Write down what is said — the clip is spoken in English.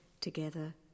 together